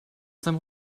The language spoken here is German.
seinem